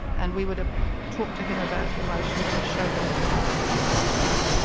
and we would ah talk to him about emotions and show him the cards at the same time.